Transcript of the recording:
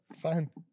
Fine